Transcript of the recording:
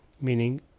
Meaning